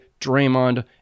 Draymond